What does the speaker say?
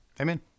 Amen